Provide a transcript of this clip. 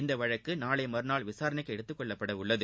இந்த வழக்கு நாளை மறுநாள் விசாரணைக்கு எடுத்தக்கொள்ளப்பட உள்ளது